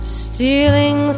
stealing